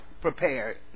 prepared